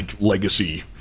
legacy